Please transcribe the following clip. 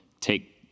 take